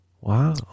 wow